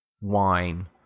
wine